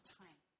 time